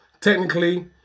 technically